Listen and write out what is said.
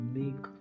make